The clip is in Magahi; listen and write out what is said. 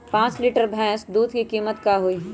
पाँच लीटर भेस दूध के कीमत का होई?